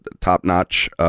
top-notch